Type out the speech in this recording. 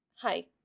Hi